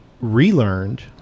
relearned